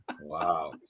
Wow